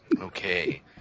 Okay